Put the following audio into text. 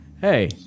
Hey